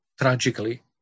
tragically